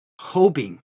hoping